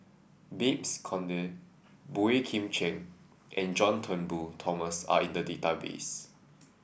Babes Conde Boey Kim Cheng and John Turnbull Thomson are in the database